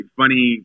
funny